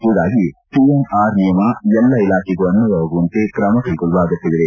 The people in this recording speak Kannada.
ಹೀಗಾಗಿ ಸಿ ಅಂಡ್ ಆರ್ ನಿಯಮ ಎಲ್ಲ ಇಲಾಖೆಗೂ ಅನ್ವಯವಾಗುವಂತೆ ಕ್ರಮ ಕೈಗೊಳ್ಳುವ ಅಗತ್ತವಿದೆ